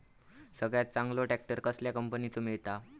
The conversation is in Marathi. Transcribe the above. सगळ्यात चांगलो ट्रॅक्टर कसल्या कंपनीचो मिळता?